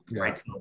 right